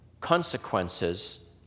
consequences